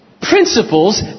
principles